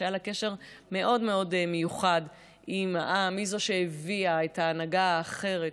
שהיה לה קשר מאוד מאוד מיוחד עם העם: היא שהביאה את ההנהגה האחרת,